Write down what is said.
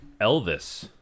elvis